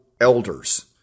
elders